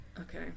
Okay